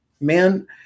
man